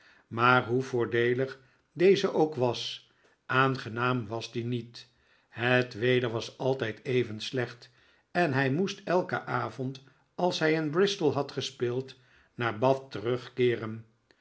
maar hoe voordeelig deze ook was aangenaam was die niet het weder was altijd even slecht en hij moest elken avond als hij in bristol had gespeeld naar bath terugkeeren